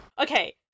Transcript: Okay